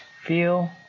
feel